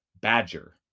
Badger